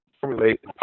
formulate